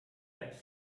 apps